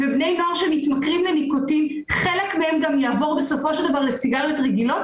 כשחלק מבני הנוער שמתמכרים לניקוטין יעבור גם לסיגריות רגילות.